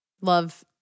Love